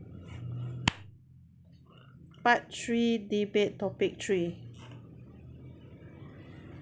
part three debate topic three